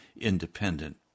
independent